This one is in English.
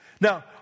Now